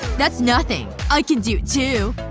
that's nothing. i can do it too